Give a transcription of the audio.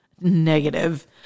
Negative